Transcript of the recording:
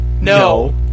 No